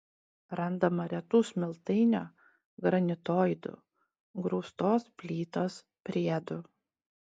randama retų smiltainio granitoidų grūstos plytos priedų